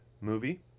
movie